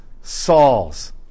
Saul's